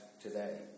today